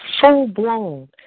full-blown